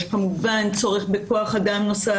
כמובן יש צורך בכוח אדם נוסף.